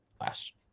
last